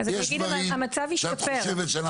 יש דברים שאת חושבת שאנחנו צריכים?